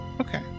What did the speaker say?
Okay